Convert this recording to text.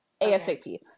ASAP